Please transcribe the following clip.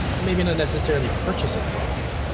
maybe not necessarily purchase a product,